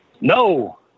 No